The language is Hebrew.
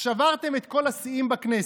חבר הכנסת קרעי, מגיעה עוד התנגדות.